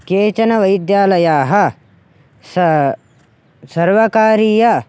केचन वैद्यालयाः स सर्वकारीय